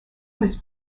was